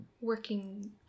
Working